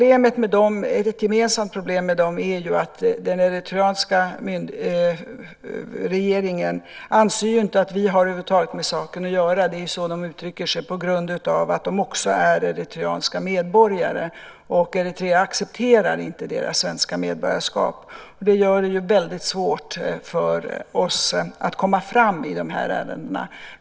Ett gemensamt problem för dem är att den eritreanska regeringen anser att vi över huvud taget inte har med saken att göra på grund av att de också är eritreanska medborgare. Det är så de uttrycker sig. Eritrea accepterar inte deras svenska medborgarskap. Det gör det väldigt svårt för oss att komma fram i ärendena.